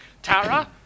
Tara